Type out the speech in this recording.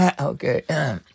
Okay